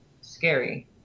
scary